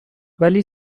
ولی